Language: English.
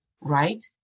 right